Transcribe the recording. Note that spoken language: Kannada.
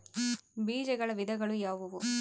ಬೇಜಗಳ ವಿಧಗಳು ಯಾವುವು?